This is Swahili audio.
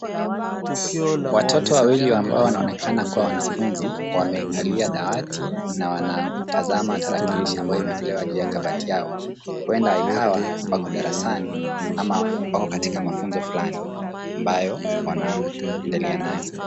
Watoto wawili ambao wanaonekana kuwa wanafunzi wamekalia dawati na wanatazama tarakilishi ambayo imewekelewa juu ya kabati yao ikawa wako darasani ama wako katika mafunzo fulani ambayo wanaendelea nayo.